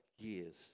years